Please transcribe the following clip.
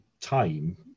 time